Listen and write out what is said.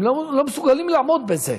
הם לא מסוגלים לעמוד בזה.